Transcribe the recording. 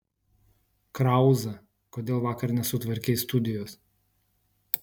krauza kodėl vakar nesutvarkei studijos